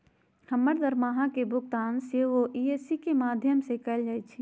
हमर दरमाहा के भुगतान सेहो इ.सी.एस के माध्यमें से कएल जाइ छइ